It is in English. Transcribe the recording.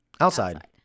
outside